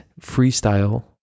freestyle